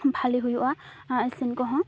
ᱵᱷᱟᱞᱮ ᱦᱩᱭᱩᱜᱼᱟ ᱤᱥᱤᱱᱠᱚ ᱦᱚᱸ